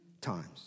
times